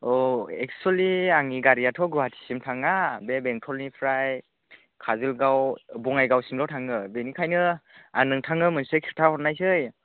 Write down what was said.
औ एक्सुवेलि आंनि गारियाथ' गुवाहाटिसिम थाङा बे बेंटलनिफ्राय खाजोलगाव बङाइगावसिमल' थाङो बेनिखायनो आं नोंथांनो मोनसे खिन्थो हरनायसै